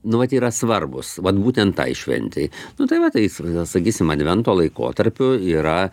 nuolat yra svarbūs vat būtent tai šventei nu tai va tai sakysim advento laikotarpiu yra